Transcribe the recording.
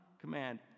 command